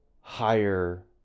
higher